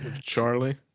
Charlie